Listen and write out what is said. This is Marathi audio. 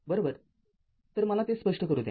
तर मला ते स्पष्ट करू द्या